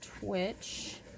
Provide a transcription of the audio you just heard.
Twitch